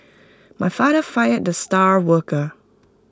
my father fired the star worker